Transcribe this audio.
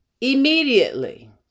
immediately